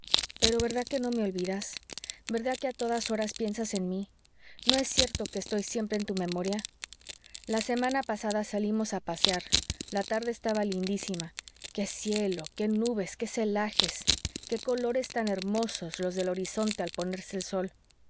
pero verdad que no me olvidas verdad que a todas horas piensas en mí no es cierto que estoy siempre en tu memoria la semana pasada salimos a pasear la tarde estaba lindísima qué cielo qué nubes qué celajes qué colores tan hermosos los del horizonte al ponerse el sol